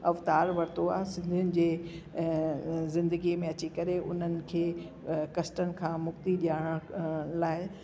अवतार वरितो आहे सिंधियुनि जे ज़िंदगी में अची करे उन्हनि खे कष्टनि खां मुक्ति ॾेआणनि लाइ